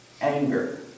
anger